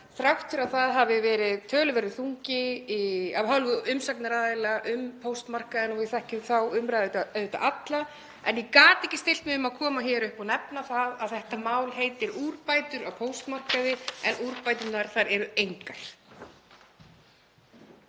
í því efni hafi verið töluverður þungi af hálfu umsagnaraðila um póstmarkaðinn og við þekkjum þá umræðu alla. En ég gat ekki stillt mig um að koma hér upp og nefna það að þetta mál heitir Úrbætur á póstmarkaði, en úrbæturnar eru engar.